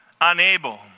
unable